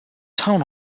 town